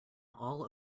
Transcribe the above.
all